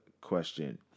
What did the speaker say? question